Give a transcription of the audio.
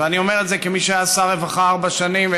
ואני אומר את זה כמי שהיה שר רווחה ארבע שנים,